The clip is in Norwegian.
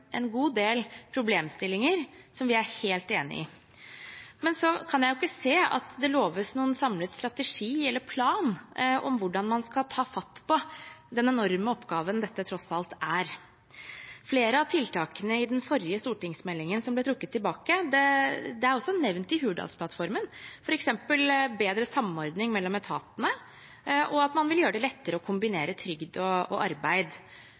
en god del problemstillinger som vi er helt enig i, men jeg kan ikke se at det loves noen samlet strategi eller plan for hvordan man skal ta fatt på den enorme oppgaven dette tross alt er. Flere av tiltakene i den forrige stortingsmeldingen som ble trukket tilbake, er også nevnt i Hurdalsplattformen. Det gjelder f.eks. bedre samordning mellom etatene og at man vil gjøre det lettere å kombinere trygd og arbeid.